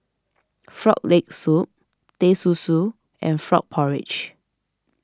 Frog Leg Soup Teh Susu and Frog Porridge